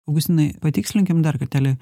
augustinai patikslinkim dar kartelį